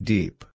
Deep